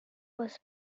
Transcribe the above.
was